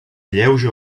alleuja